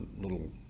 little